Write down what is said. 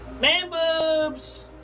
man-boobs